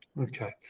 Okay